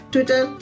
Twitter